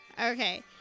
Okay